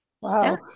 wow